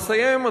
אסיים,